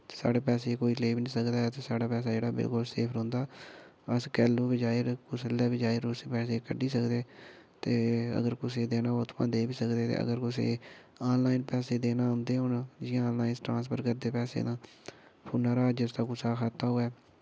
साढ़े पैसे गी कोई लेई बी निं सकदा ऐ साढ़ा पैसा जेह्ड़ा बिलकुल सेफ रौह्ंदा अस केल्लुं बी चाहि्दे कुसलै बी चाहि्दे तुस कड्डी सकदे ते अगर कुसै दी देने होन तां उत्थुआं देई बी सकदे कुसै गी आनलाईन पैसे देना औंदे होन जां आनलाईन ट्रांसफर करदे पैसे तां फोन परा जिसदा कुसै दा खाता होऐ